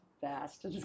fast